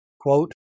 quote